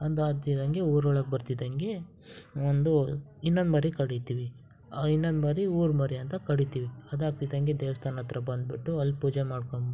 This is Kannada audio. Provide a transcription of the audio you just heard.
ಅಂದು ಆಗ್ತಿದ್ದಂಗೆ ಊರೊಳಗೆ ಬರ್ತಿದ್ದಂಗೆ ಒಂದು ಇನ್ನೊಂದು ಮರಿ ಕಡೀತೀವಿ ಆ ಇನ್ನೊಂದು ಮರಿ ಊರು ಮರಿ ಅಂತ ಕಡೀತೀವಿ ಅದಾಗ್ತಿದ್ದಂಗೆ ದೇವ್ಸ್ಥಾನ ಹತ್ರ ಬಂದುಬಿಟ್ಟು ಅಲ್ಲಿ ಪೂಜೆ ಮಾಡ್ಕಂಡು